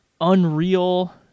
unreal